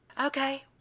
Okay